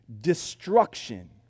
destruction